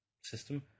system